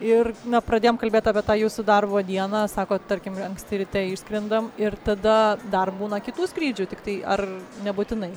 ir na pradėjom kalbėt apie tą jūsų darbo dieną sakot tarkim anksti ryte išskrendam ir tada dar būna kitų skrydžių tik tai ar nebūtinai